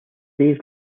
days